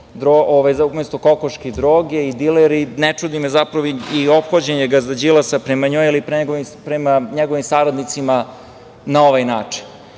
umesto kokoški droge i dileri, ne čudi me, zapravo i ophođenje gazda Đilasa prema njoj, ali ni prema njegovim saradnicima na ovaj način. Ovo